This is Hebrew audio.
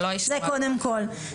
זה קודם כל.